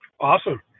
Awesome